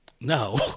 No